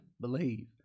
Believe